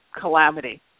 calamity